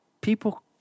people